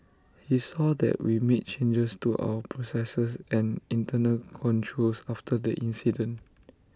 he saw that we made changes to our processes and internal controls after the incident